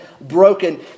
broken